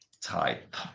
type